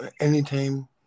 Anytime